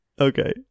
Okay